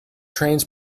trains